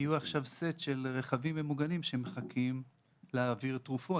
יהיו עכשיו רכבים ממוגנים שמחכים להעביר תרופות.